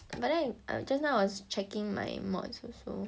but then I just now I was checking my module also